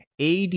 AD